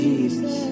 Jesus